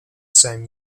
same